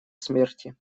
смерти